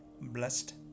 blessed